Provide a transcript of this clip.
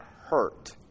hurt